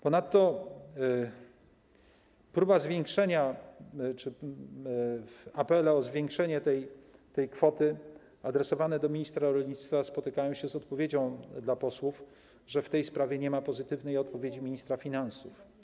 Ponadto próba zwiększenia czy apele o zwiększenie tej kwoty adresowane do ministra rolnictwa spotykają się z odpowiedzią dla posłów, że w tej sprawie nie ma pozytywnej odpowiedzi ministra finansów.